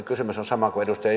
kysymys on sama kuin edustaja